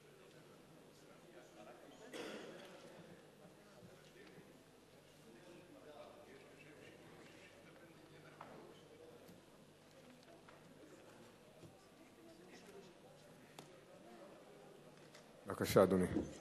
בבקשה, אדוני.